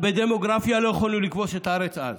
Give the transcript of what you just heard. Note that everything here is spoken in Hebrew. בדמוגרפיה לא יכולנו לכבוש את הארץ אז.